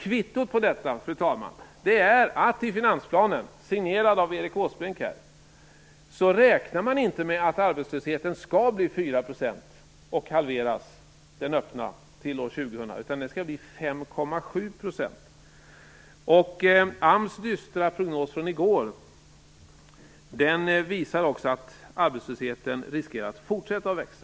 Kvittot på detta, fru talman, är att man i finansplanen, signerad av Erik Åsbrink, inte räknar med att den öppna arbetslösheten skall halveras och bli 4 % år 2000. Den skall bli 5,7 %. AMS dystra prognos från i går visar också att arbetslösheten riskerar att fortsätta växa.